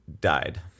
died